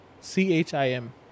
C-H-I-M